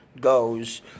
goes